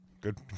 Good